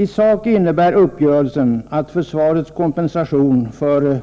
I sak innebär uppgörelsen att försvaret kompenseras för